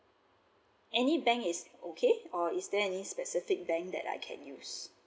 any bank is it okay or is there any specific bank that I can use